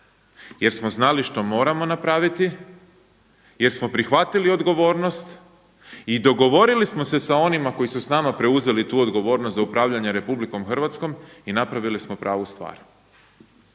Jer smo znali što moramo napraviti, jer smo prihvatili odgovornost i dogovorili smo se s onima koji su s nama preuzeli tu odgovornost za upravljanje Republikom Hrvatskom i napravili smo pravu stvar.